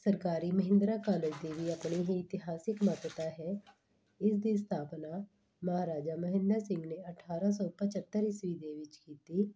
ਸਰਕਾਰੀ ਮਹਿੰਦਰਾ ਕਾਲਜ ਦੀ ਵੀ ਆਪਣੀ ਹੀ ਇਤਿਹਾਸਕ ਮਹੱਤਤਾ ਹੈ ਇਸ ਦੀ ਸਥਾਪਨਾ ਮਹਾਰਾਜਾ ਮਹਿੰਦਰ ਸਿੰਘ ਨੇ ਅਠਾਰਾਂ ਸੌ ਪੰਝੱਤਰ ਈਸਵੀ ਦੇ ਵਿੱਚ ਕੀਤੀ